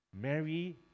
Mary